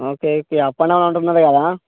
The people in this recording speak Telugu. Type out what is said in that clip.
okay okay up and down అంటున్నారు కదా